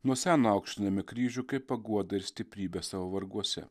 nuo seno aukštiname kryžių kaip paguodą ir stiprybę savo varguose